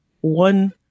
one